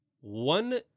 one